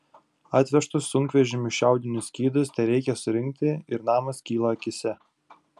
atvežtus sunkvežimiu šiaudinius skydus tereikia surinkti ir namas kyla akyse